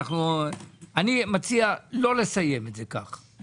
אני מציע לא לסיים את זה כך.